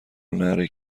ﺷﯿﺮﺍﻥ